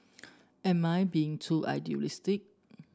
am I being too idealistic